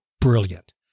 brilliant